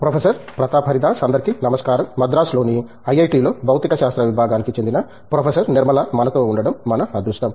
professor Pratap Haridas అందరికీ నమస్కారం మద్రాసులోని ఐఐటిలో భౌతికశాస్త్ర విభాగానికి చెందిన ప్రొఫెసర్ నిర్మలా మనతో ఉండటం మన అదృష్టం